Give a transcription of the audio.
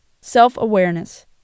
Self-awareness